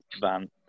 Van